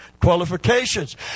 qualifications